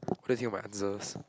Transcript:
what do you think about my answers